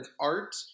art